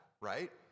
right